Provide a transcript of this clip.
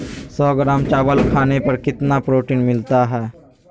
सौ ग्राम चावल खाने पर कितना प्रोटीन मिलना हैय?